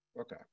Okay